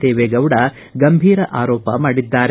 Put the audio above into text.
ದೇವೇಗೌಡ ಗಂಭೀರ ಆರೋಪ ಮಾಡಿದ್ದಾರೆ